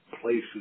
places